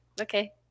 okay